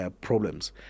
problems